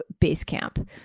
Basecamp